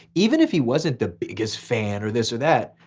even if he wasn't the biggest fan or this or that,